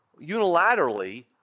unilaterally